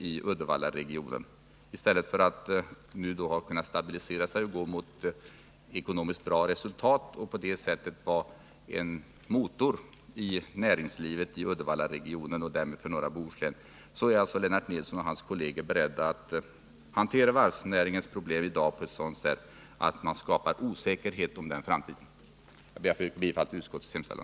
I stället för att stabilisera sig och gå mot ekonomiskt bra resultat och på det sättet bli en motor i näringslivet i Uddevallaregionen, och därmed för norra Bohuslän, går Uddevallavarvet en osäkrare framtid till mötes genom att Lennart Nilsson och hans kolleger i dag är beredda att hantera varvsnäringens problem som de gör. Jag ber att få yrka bifall till utskottets hemställan.